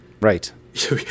Right